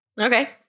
Okay